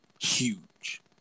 huge